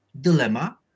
dilemma